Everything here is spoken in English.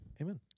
Amen